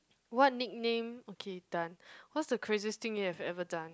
what nickname okay done what's the craziest thing you have ever done